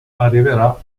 arriverà